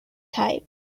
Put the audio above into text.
type